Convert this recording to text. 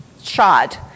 shot